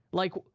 like,